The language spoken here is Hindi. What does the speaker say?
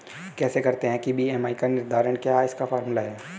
कैसे करते हैं बी.एम.आई का निर्धारण क्या है इसका फॉर्मूला?